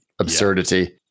absurdity